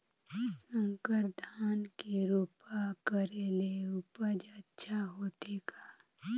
संकर धान के रोपा करे ले उपज अच्छा होथे का?